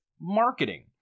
marketing